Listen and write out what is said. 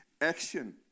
action